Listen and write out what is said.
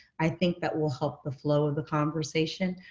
i think that will help the flow of the conversation.